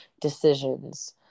decisions